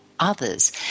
others